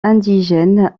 indigène